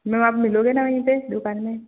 ma'am आप मिलोगे न वहीं पर दुकान में